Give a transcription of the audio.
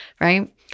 right